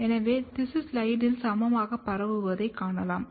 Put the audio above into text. எனவே திசு ஸ்லைடில் சமமாக பரவுவதைக் காணலாம்